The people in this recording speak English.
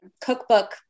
cookbook